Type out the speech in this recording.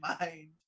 mind